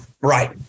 Right